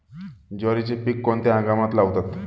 ज्वारीचे पीक कोणत्या हंगामात लावतात?